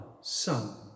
Son